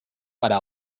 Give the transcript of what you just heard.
para